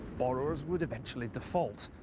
borrowers wouid eventuaiiy defauit.